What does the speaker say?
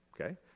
okay